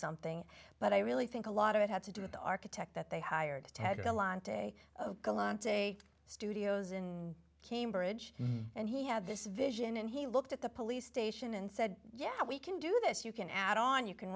something but i really think a lot of it had to do with the architect that they hired to tag along to a studios in cambridge and he had this vision and he looked at the police station and said yeah we can do this you can add on you can